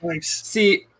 see